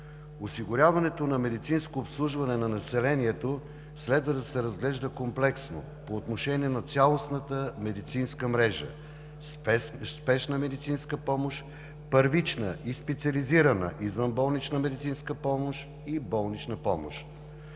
Осигуряването на медицинско обслужване на населението следва да се разглежда комплексно по отношение на цялостната медицинска мрежа – спешна медицинска помощ, първична и специализирана извънболнична медицинска помощ и болнична помощ.